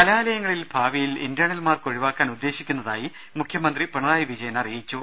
കലാലയങ്ങളിൽ ഭാവിയിൽ internal mark ഒഴിവാക്കാൻ ഉദ്ദേശിക്കുന്നതായി മുഖ്യമന്ത്രി പിണറായി വിജയൻ അറിയിച്ചു